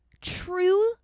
true